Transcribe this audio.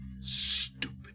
stupid